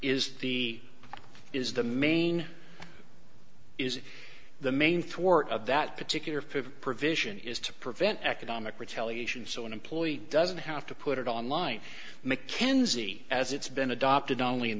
is the is the main is the main thwart of that particular food provision is to prevent economic retaliation so an employee doesn't have to put it online make kensi as it's been adopted only in